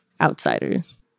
outsiders